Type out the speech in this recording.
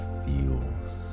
feels